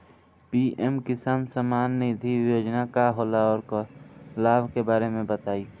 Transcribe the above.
PM किसान सम्मान निधि योजना का होला औरो लाभ के बारे में बताई?